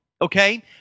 Okay